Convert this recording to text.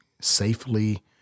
safely